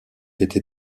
été